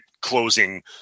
closing –